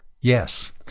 yes